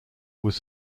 was